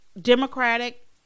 Democratic